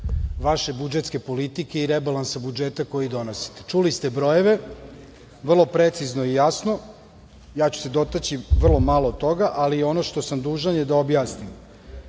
vaše budžetske politike i rebalansa budžeta koji donosite. Čuli ste brojeve vrlo precizno i jasno. Ja ću se dotaći vrlo malo toga, ali ono što sam dužan je da objasnim. Poštovani